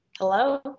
Hello